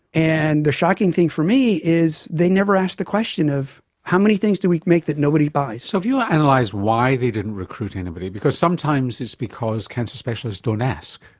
and the shocking thing for me is they never ask the question of how many things do we make that nobody buys? so if you and analyse why they didn't recruit anybody, because sometimes it's because cancer specialists don't ask.